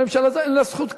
לממשלה הזאת אין זכות קיום.